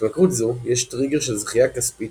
להתמכרות זו יש טריגר של זכייה כספית